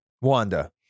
Wanda